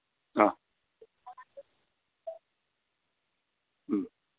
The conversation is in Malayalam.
ആ മ്